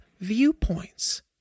viewpoints